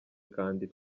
kandi